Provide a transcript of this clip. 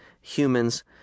humans